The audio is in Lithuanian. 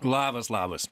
labas labas